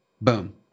Boom